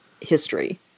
history